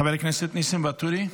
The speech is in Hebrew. חבר הכנסת ניסים ואטורי,